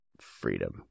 freedom